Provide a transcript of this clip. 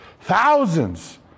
Thousands